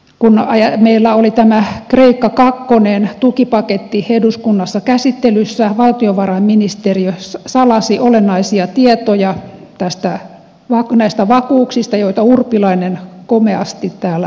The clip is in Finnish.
kun meillä oli kreikka kakkonen tukipaketti eduskunnassa käsittelyssä valtiovarainministeriö salasi olennaisia tietoja vakuuksista joita urpilainen komeasti täällä mainosti